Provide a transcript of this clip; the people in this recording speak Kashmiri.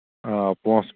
آ پونسہٕ